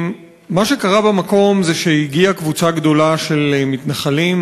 מה שקרה במקום זה שהגיעה קבוצה גדולה של מתנחלים,